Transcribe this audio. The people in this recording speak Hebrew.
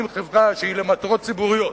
אם חברה שהיא למטרות ציבוריות,